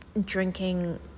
drinking